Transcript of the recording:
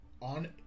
on